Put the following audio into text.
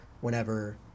whenever